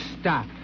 stop